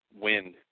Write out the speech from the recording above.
wind